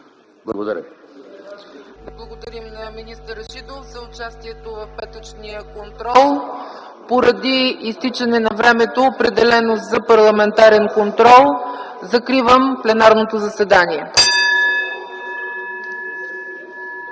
Да благодарим на министър Рашидов за участието му в петъчния контрол. Поради изтичане на времето, определено за парламентарен контрол, закривам пленарното заседание.